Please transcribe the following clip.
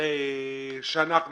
שאנחנו